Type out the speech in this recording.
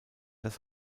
das